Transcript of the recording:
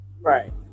Right